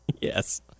Yes